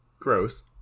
Gross